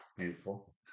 beautiful